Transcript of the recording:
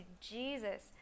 Jesus